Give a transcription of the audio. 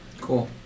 cool